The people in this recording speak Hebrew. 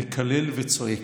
מקלל וצועק.